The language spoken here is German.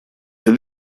der